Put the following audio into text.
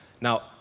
Now